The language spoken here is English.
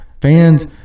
fans